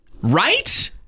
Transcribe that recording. Right